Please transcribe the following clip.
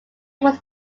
was